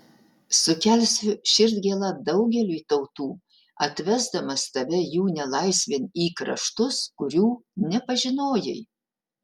sukelsiu širdgėlą daugeliui tautų atvesdamas tave jų nelaisvėn į kraštus kurių nepažinojai